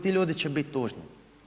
Ti ljudi će biti tužni.